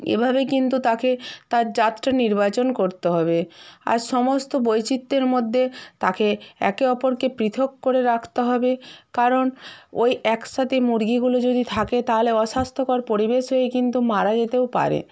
এভাবে কিন্তু তাকে তার জাতটা নির্বাচন করতে হবে আর সমস্ত বৈচিত্র্যের মধ্যে তাকে একে অপরকে পৃথক করে রাখতে হবে কারণ ওই একসাথে মুরগিগুলো যদি থাকে তাহলে অস্বাস্থ্যকর পরিবেশ হয়ে কিন্তু মারা যেতেও পারে